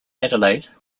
adelaide